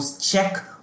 check